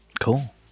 Cool